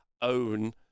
own